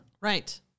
Right